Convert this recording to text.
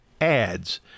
ads